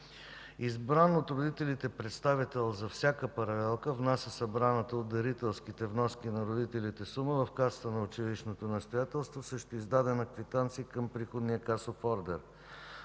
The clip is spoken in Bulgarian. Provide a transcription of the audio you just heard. Избран от родителите представител за всяка паралелка внася събраната от дарителските вноски на родителите сума в касата на училищното настоятелство срещу издадена квитанция към приходния касов ордер.